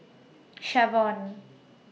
Shavon